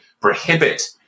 prohibit